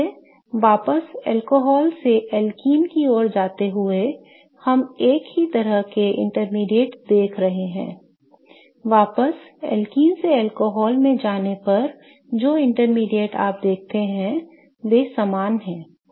इसलिए वापस अल्कोहल से एल्कीन की ओर जाते हुए हम एक ही तरह के मध्यवर्ती देख रहे हैं वापस एल्कीन से अल्कोहल में जाने पर जो मध्यवर्ती आप देखते हैं वे समान हैं